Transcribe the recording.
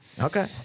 Okay